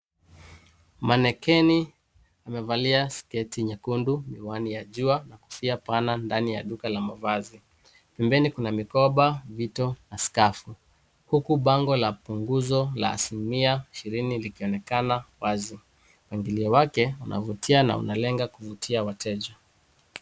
Mannequin wamevalia sketi nyekundu ,miwani ya jua ndani ya duka kubwa ya mavazi. Pembeni kuna mikoba, miti na scarf huku bango la punguzo la asilimia ishirini likionekana wazi. Mpangilio wake unavutia na unalenga kuvutia wateja.